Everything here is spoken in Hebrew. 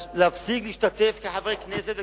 להפסיק להשתתף כחברי כנסת וכשרים,